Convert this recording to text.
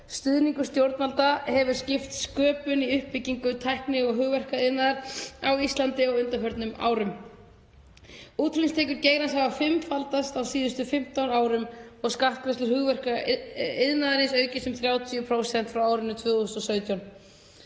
stuðningur stjórnvalda skipt sköpum í uppbyggingu tækni- og hugverkaiðnaðar á Íslandi á undanförnum árum. Útflutningstekjur geirans hafa fimmfaldast á síðustu 15 árum og skattgreiðslur hugverkaiðnaðarins aukist um 30% frá árinu 2017.